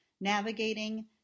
navigating